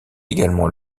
également